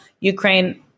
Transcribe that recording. Ukraine